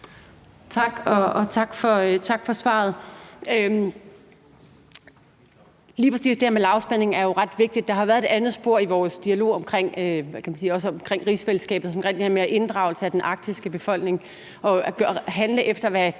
Tak, og tak for svaret. Lige præcis det her med lavspænding er jo ret vigtigt. Der har været et andet spor i vores dialog omkring rigsfællesskabet i forhold til mere inddragelse af den arktiske befolkning, altså at der handles efter, hvad